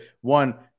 one